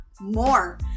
more